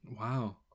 Wow